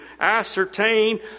ascertain